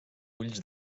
ulls